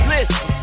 Listen